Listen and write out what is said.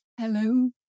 Hello